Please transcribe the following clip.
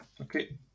Okay